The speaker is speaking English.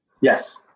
Yes